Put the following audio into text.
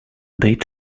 bit